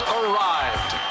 arrived